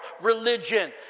religion